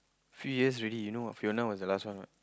few years already you know what Fiona was the last one what